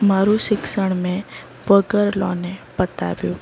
મારું શિક્ષણ મેં વગર લોને પતાવ્યું